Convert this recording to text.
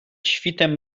świtem